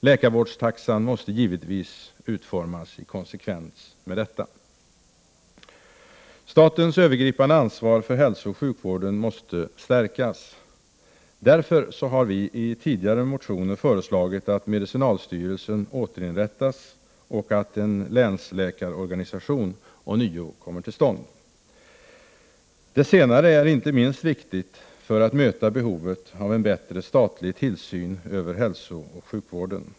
Läkarvårdstaxan måste givetvis utformas i konsekvens med detta. Statens övergripande ansvar för hälsooch sjukvården måste stärkas. Därför har vi i tidigare motioner föreslagit att medicinalstyrelsen återinrättas och att en länsläkarorganisation ånyo kommer till stånd. Det senare är inte minst viktigt för att möta behovet av en bättre statlig tillsyn över hälsooch sjukvården.